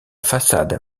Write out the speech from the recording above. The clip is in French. façade